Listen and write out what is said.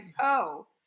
toe